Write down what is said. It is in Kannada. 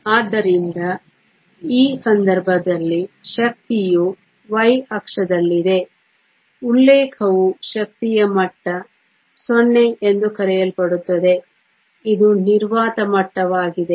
ಆದ್ದರಿಂದ ಈ ಸಂದರ್ಭದಲ್ಲಿ ಶಕ್ತಿಯು ವೈ ಅಕ್ಷದಲ್ಲಿದೆ ಉಲ್ಲೇಖವು ಶಕ್ತಿಯ ಮಟ್ಟ 0 ಎಂದು ಕರೆಯಲ್ಪಡುತ್ತದೆ ಇದು ನಿರ್ವಾತ ಮಟ್ಟವಾಗಿದೆ